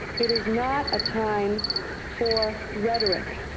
it is not a time for rhetoric,